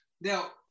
now